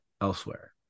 elsewhere